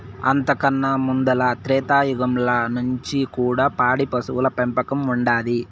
అంతకన్నా ముందల త్రేతాయుగంల నుంచి కూడా పాడి పశువుల పెంపకం ఉండాది